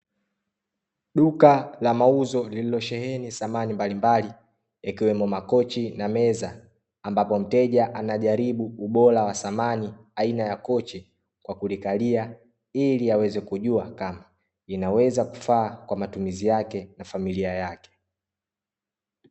Duka la mauzo lililosheheni samani mbalimbali, ikiwemo makochi na meza, ambapo mteja anajaribu ubora wa samani aina ya kochi kwa kulikalia ili aweze kujua kama linaweza kufaa kwa matumizi yake na familia yake.